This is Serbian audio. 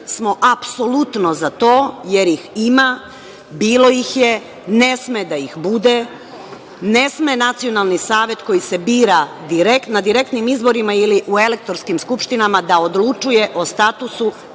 smo apsolutno za to, jer ih ima, bilo ih je, ne sme da ih bude, ne sme Nacionalni savet koji se bira direktno, na direktnim izborima ili u elektronskim skupštinama da odlučuje o statusu